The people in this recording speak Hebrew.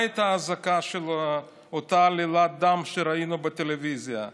מה הייתה הזעקה של אותה עלילת דם שראינו בטלוויזיה?